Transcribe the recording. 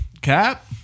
cap